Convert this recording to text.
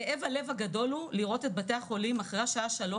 בעיניי אנחנו עושים צחוק